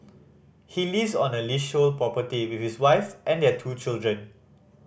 he lives on the leasehold property with his wife and their two children